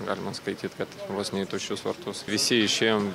galima skaityt kad vos ne į tuščius vartus visi išėjom